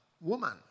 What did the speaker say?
woman